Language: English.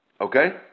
Okay